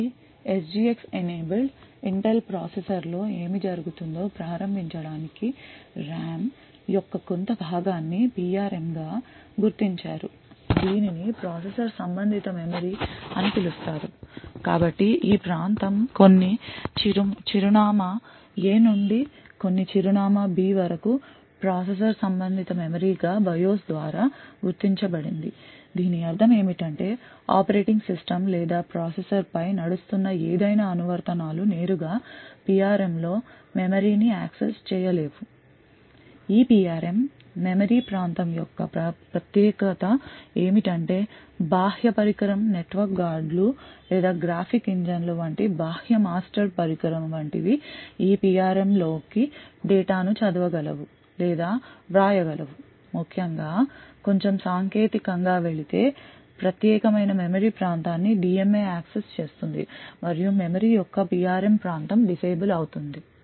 కాబట్టి SGX enabled Intel ప్రాసెసర్లో ఏమి జరుగుతుందో ప్రారంభించడానికి RAM యొక్క కొంత భాగాన్ని PRM గా గుర్తించారు దీనిని ప్రాసెసర్ సంబంధిత మెమరీ అని పిలుస్తారు కాబట్టి ఈ ప్రాంతం కొన్ని చిరునామా A నుండి కొన్ని చిరునామా B వరకు ప్రాసెసర్ సంబంధిత మెమరీ గా BIOS ద్వారా గుర్తించబడింది దీని అర్థం ఏమిటంటే ఆపరేటింగ్ సిస్టమ్ లేదా ప్రాసెసర్పై నడుస్తున్న ఏదైనా అనువర్తనాలు నేరుగా PRM లో మెమరీ ని యాక్సెస్ చేయ లేవు ఈ PRM మెమరీ ప్రాంతం యొక్క ప్రత్యేకత ఏమిటంటే బాహ్య పరికరం నెట్వర్క్ గార్డ్లు లేదా గ్రాఫిక్ ఇంజన్లు వంటి బాహ్య మాస్టర్ పరికరం వంటివి ఈ PRM లో కి డేటా ను చదవగలవు లేదా వ్రాయగలవు ముఖ్యంగా కొంచెం సాంకేతికంగా వెళితే ప్రత్యేకమైన మెమరీ ప్రాంతాన్ని DMA యాక్సెస్ చేస్తుంది మరియు మెమరీ యొక్క PRM ప్రాంతం డిసేబుల్ అవుతుంది